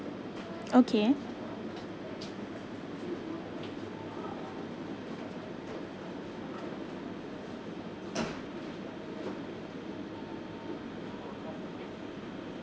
okay